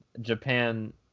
Japan